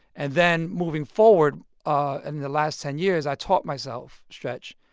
and then moving forward ah and in the last ten years, i taught myself, stretch,